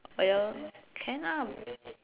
oh ya lor can ah